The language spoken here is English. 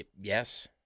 Yes